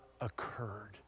occurred